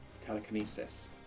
telekinesis